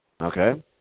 Okay